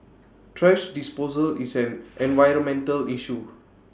thrash disposal is an environmental issue